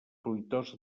fruitós